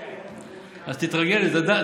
אז תתרגל לזה.